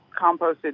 composted